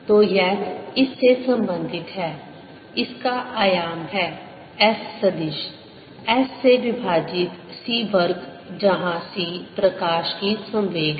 तो यह इस से संबंधित है इसका आयाम है S सदिश S से विभाजित c वर्ग जहां c प्रकाश की संवेग है